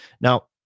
Now